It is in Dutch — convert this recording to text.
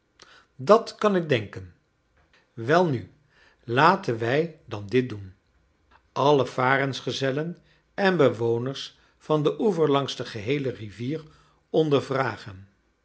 dat kan ik denken welnu laten wij dan dit doen alle varensgezellen en bewoners van den oever langs de geheele rivier